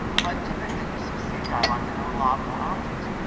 but typically you see saved dialogues that have a lot more options.